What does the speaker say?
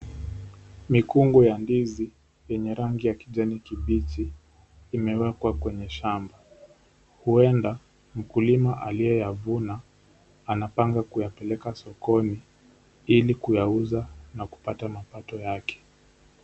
Mikungu ya ndizi yenye rangi ya kijani kibichi imewekwa kwenye shamba. Huenda mkulima aliyeyavuna anapanga kuyapeleka sokoni ili kuyauza na kupata mapato yake.